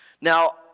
Now